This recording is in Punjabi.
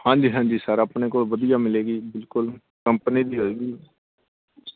ਹਾਂਜੀ ਹਾਂਜੀ ਸਰ ਆਪਣੇ ਕੋਲ ਵਧੀਆ ਮਿਲੇਗੀ ਬਿਲਕੁਲ ਕੰਪਨੀ ਦੀ ਹੋਏਗੀ